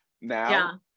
now